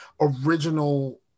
original